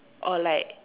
or like